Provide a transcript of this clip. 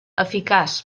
eficaç